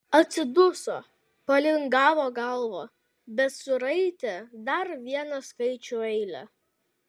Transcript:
atsiduso palingavo galvą bet suraitė dar vieną skaičių eilę